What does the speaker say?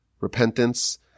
repentance